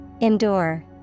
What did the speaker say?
Endure